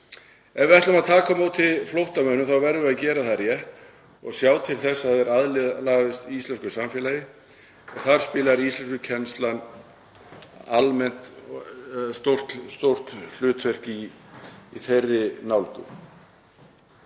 Ef við ætlum að taka á móti flóttamönnum þá verðum við að gera það rétt og sjá til þess að þeir aðlagist íslensku samfélagi. Íslenskukennsla spilar almennt stórt hlutverk í þeirri nálgun.